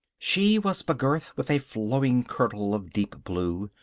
she was begirt with a flowing kirtle of deep blue,